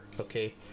okay